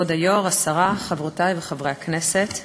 כבוד היושב-ראש, השרה, חברותי וחברי חברי הכנסת,